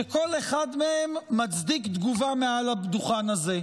שכל אחד מהם מצדיק תגובה מעל הדוכן הזה: